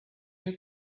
you